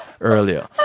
earlier